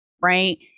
Right